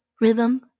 rhythm